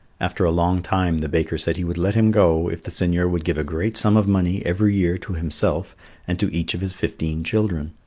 after a long time the baker said he would let him go if the seigneur would give a great sum of money every year to himself and to each of his fifteen children.